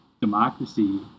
democracy